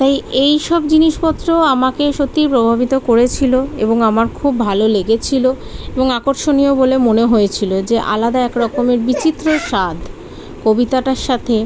তাই এই সব জিনিসপত্রও আমাকে সত্যি প্রভাবিত করেছিলো এবং আমার খুব ভালো লেগেছিলো এবং আকর্ষণীয় বলে মনে হয়েছিলো যে আলাদা এক রকমের বিচিত্র স্বাদ কবিতাটার সাথে